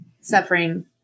suffering